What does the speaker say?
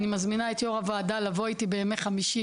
אני מזמינה את יו"ר הוועדה לבוא איתי בימי חמישי